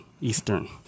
Eastern